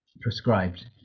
prescribed